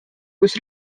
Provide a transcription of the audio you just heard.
kus